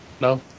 No